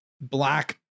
black